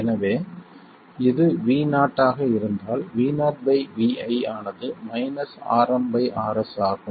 எனவே இது Vo ஆக இருந்தால் Vo Vi ஆனது Rm Rs ஆகும்